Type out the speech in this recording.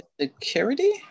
security